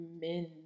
men